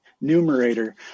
numerator